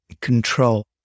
control